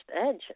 edge